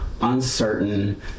uncertain